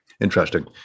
interesting